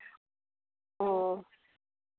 ᱚ